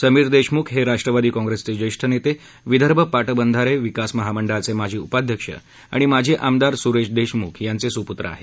समीर देशमुख हे राष्ट्रवादी काँग्रेसचे ज्येष्ठ नेते विदर्भ पाटबंधारे विकास महामंडळाचे माजी उपाध्यक्ष आणि माजी आमदार स्रेश देशम्ख यांचे स्पूत्र आहेत